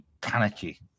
panicky